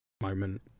moment